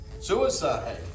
Suicide